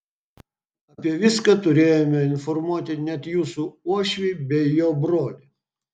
apie viską turėjome informuoti net jūsų uošvį bei jo brolį